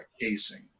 casing